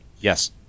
Yes